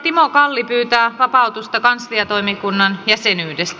timo kalli pyytää vapautusta kansliatoimikunnan jäsenyydestä